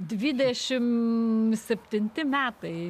dvidešimt septinti metai